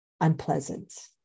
unpleasant